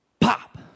pop